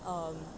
um